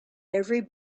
every